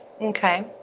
Okay